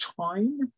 time